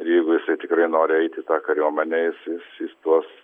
ir jeigu jisai tikrai nori eit į tą kariuomenę jis jis jis tuos